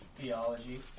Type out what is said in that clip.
theology